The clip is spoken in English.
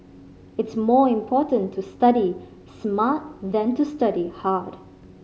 it's more important to study smart than to study hard